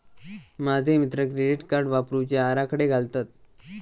माझे मित्र credit card वापरुचे आराखडे घालतत